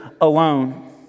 alone